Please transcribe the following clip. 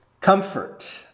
comfort